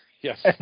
Yes